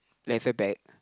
leather bag